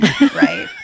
Right